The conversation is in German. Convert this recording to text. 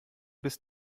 bis